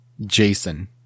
Jason